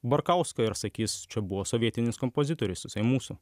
barkauską ir sakys čia buvo sovietinis kompozitorius jisai mūsų